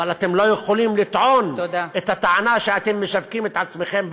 אבל אתם לא יכולים לטעון את הטענה שאִתה אתם משווקים את עצמכם בעולם,